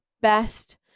best